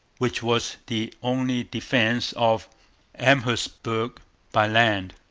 which was the only defence of amherstburg by land.